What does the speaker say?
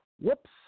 Whoops